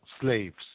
slaves